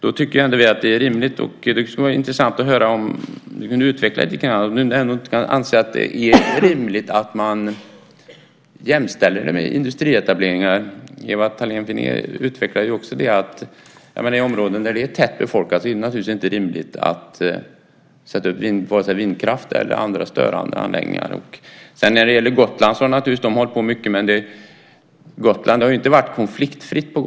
Då tycker ändå vi att det är rimligt. Det skulle vara intressant om du kunde utveckla detta lite grann och om du anser att det är rimligt att man jämställer detta med industrietableringar. Ewa Thalén Finné utvecklade också detta. I områden som är tätt befolkade är det naturligtvis inte rimligt att sätta upp vindkraftsanläggningar eller andra störande anläggningar. På Gotland har detta inte heller varit konfliktfritt.